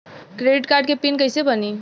Credit card के pin कैसे बनी?